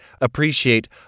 appreciate